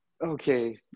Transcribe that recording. okay